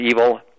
evil